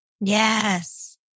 Yes